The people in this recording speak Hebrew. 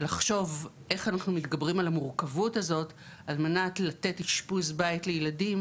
לחשוב איך אנחנו מתגברים על המורכבות הזאת על מנת לתת אשפוז בית לילדים,